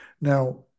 Now